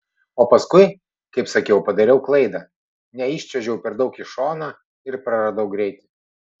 o paskui kaip sakiau padariau klaidą neiščiuožiau per daug į šoną ir praradau greitį